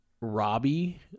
Robbie